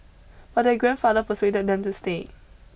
but their grandfather persuaded them to stay